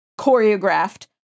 choreographed